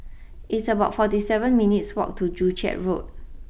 it's about forty seven minutes' walk to Joo Chiat Road